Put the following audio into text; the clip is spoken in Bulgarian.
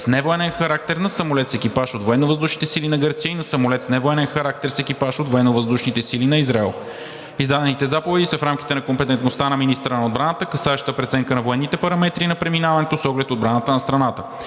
с невоенен характер на самолет с екипаж от Военновъздушните сили на Гърция и на самолет с невоенен характер с екипаж от Военновъздушните сили на Израел. Издадените заповеди са в рамките на компетентността на министъра на отбраната, касаещи преценка на военните параметри на преминаването с оглед отбраната на страната.